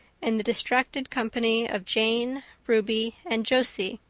in the distracted company of jane, ruby, and josie,